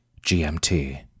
GMT